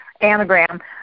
anagram